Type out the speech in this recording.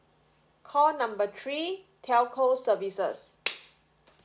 call number three telco services